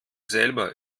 selber